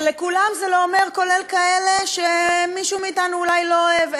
ו"לכולם" זה כולל כאלה שמישהו מאתנו אולי לא אוהב.